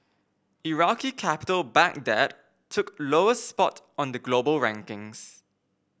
Iraqi capital Baghdad took lowest spot on the global rankings